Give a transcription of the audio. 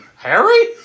Harry